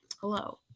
Hello